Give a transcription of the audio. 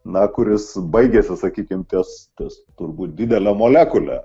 na kuris baigiasi sakykime ties ties turbūt didele molekule